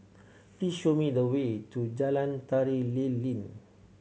please show me the way to Jalan Tari Lilin